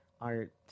art